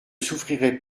souffrirai